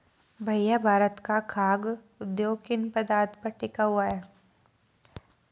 भैया भारत का खाघ उद्योग किन पदार्थ पर टिका हुआ है?